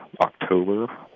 October